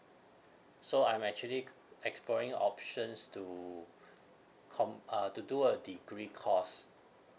so I'm actually exploring options to com~ uh to do a degree course